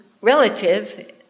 relative